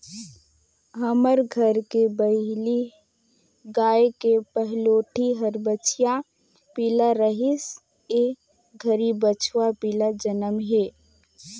हमर घर के बलही गाय के पहलोठि हर बछिया पिला रहिस ए घरी बछवा पिला जनम हे